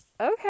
okay